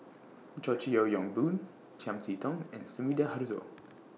George Yeo Yong Boon Chiam See Tong and Sumida Haruzo